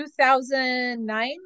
2009